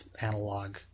analog